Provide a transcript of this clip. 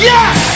Yes